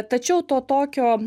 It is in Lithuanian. tačiau to tokio